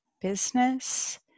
business